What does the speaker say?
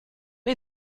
ihr